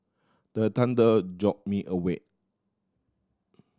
the thunder jolt me awake